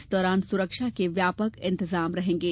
इस दौरान सुरक्षा के व्यापक इंतजाम रहेंगे